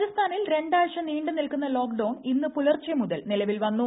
പ്രാജസ്ഥാനിൽ രണ്ടാഴ്ച നീണ്ടുനിൽക്കുന്ന ലോക്ക്ഡൌൺ ഇന്ന് പുലർച്ചെ മുതൽ നിലവിൽ വന്നു